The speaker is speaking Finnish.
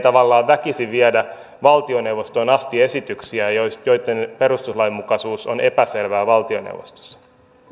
tavallaan väkisin viedä valtioneuvostoon asti esityksiä joitten perustuslainmukaisuus on epäselvää valtioneuvostossa